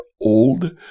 old